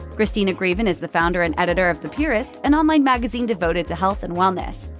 cristina greeven is the founder and editor of the purist, an online magazine devoted to health and wellness.